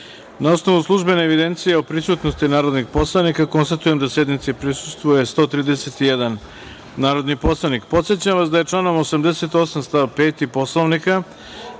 osnovu službene evidencije o prisutnosti narodnih poslanika, konstatujem da sednici prisustvuje 131 narodni poslanik. Podsećam vas da je članom 88. stav 5. Poslovnika,